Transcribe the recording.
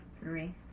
three